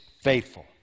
faithful